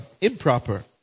improper